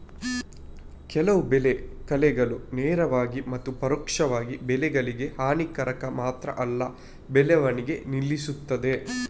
ಕೆಲವು ಬೆಳೆ ಕಳೆಗಳು ನೇರವಾಗಿ ಮತ್ತು ಪರೋಕ್ಷವಾಗಿ ಬೆಳೆಗಳಿಗೆ ಹಾನಿಕಾರಕ ಮಾತ್ರ ಅಲ್ಲ ಬೆಳವಣಿಗೆ ನಿಲ್ಲಿಸ್ತದೆ